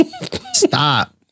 Stop